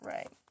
Right